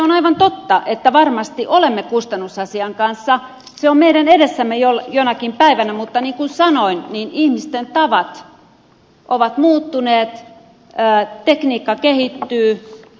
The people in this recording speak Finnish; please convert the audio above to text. on aivan totta että varmasti kustannusasia on meidän edessämme jonakin päivänä mutta niin kuin sanoin ihmisten tavat ovat muuttuneet tekniikka kehittyy